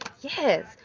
yes